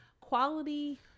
quality